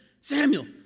Samuel